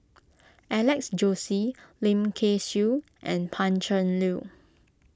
Alex Josey Lim Kay Siu and Pan Cheng Lui